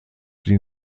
die